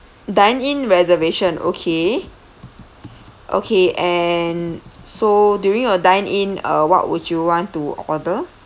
dine in reservation okay okay and so during your dine in uh what would you want to order